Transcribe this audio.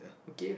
okay